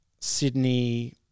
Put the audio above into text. Sydney